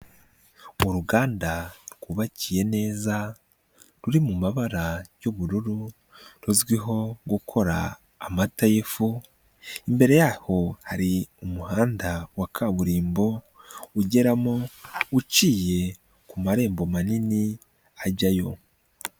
Uruganda rwubakiye neza, ruri mu mabara y'ubururu, ruzwiho gukora amata y'ifu, imbere yaho hari umuhanda wa kaburimbo ugeramo uciye ku marembo manini ajyayo.